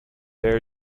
there